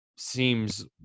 Seems